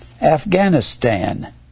Afghanistan